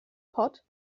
pod